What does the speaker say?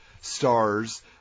stars